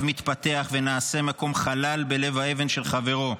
מתפתח ונעשה מקום חלל בלב האבן של חברו,